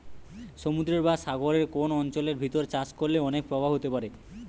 সমুদ্রের বা সাগরের কোন অঞ্চলের ভিতর চাষ করলে অনেক প্রভাব হতে পারে